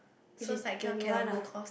which is twenty one ah